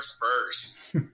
first